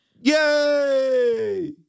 Yay